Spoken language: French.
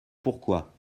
pourquoi